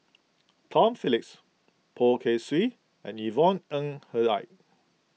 Tom Phillips Poh Kay Swee and Yvonne Ng Uhde